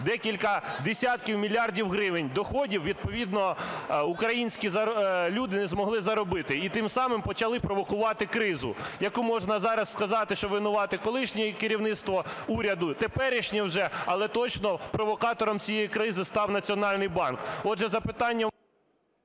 декілька десятків мільярдів гривень доходів, відповідно українські люди не змогли заробити, і тим самим почали провокувати кризу, яку можна зараз сказати, що винувате колишнє керівництво уряду, теперішнє вже, але точно провокатором цієї кризи став Національний банк.